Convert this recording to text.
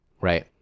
right